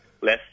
less